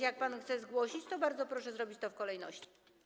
Jak pan chce się zgłosić, to bardzo proszę zrobić to w kolejności.